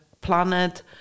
planet